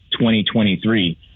2023